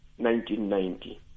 1990